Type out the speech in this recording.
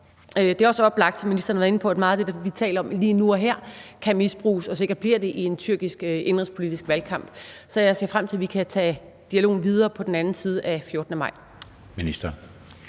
på – at meget af det, vi taler om lige nu og her, kan misbruges og sikkert også bliver det i en tyrkisk indenrigspolitisk valgkamp. Så jeg ser frem til, at vi kan tage dialogen videre på den anden side af den 14. maj.